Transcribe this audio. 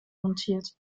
montiert